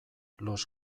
los